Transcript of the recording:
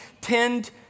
tend